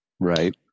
Right